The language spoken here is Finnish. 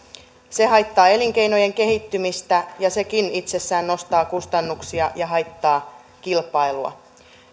se haittaa elinkeinojen kehittymistä ja sekin itsessään nostaa kustannuksia ja haittaa kilpailua